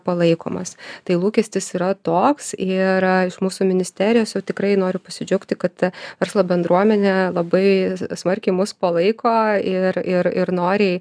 palaikomas tai lūkestis yra toks ir iš mūsų ministerijos jau tikrai noriu pasidžiaugti kad verslo bendruomenė labai smarkiai mus palaiko ir ir ir noriai